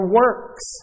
works